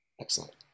Excellent